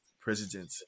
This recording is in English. president